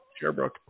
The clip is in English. Sherbrooke